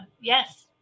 yes